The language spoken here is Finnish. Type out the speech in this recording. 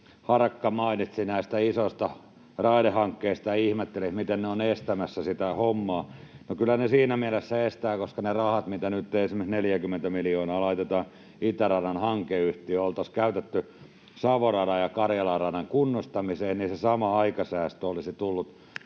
Harakka mainitsi isoista raidehankkeista ja ihmetteli, miten ne ovat estämässä sitä hommaa. No, kyllä ne siinä mielessä estävät, koska jos ne rahat, mitä nyt esimerkiksi 40 miljoonaa laitetaan itäradan hankeyhtiöön, oltaisiin käytetty Savon radan ja Karjalan radan kunnostamiseen, niin se sama aikasäästö olisi tullut